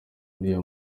uriya